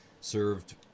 served